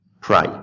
pray